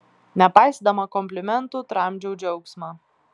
nepaisydama komplimentų tramdžiau džiaugsmą